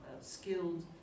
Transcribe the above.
skilled